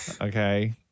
Okay